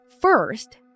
First